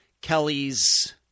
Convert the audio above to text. Kelly's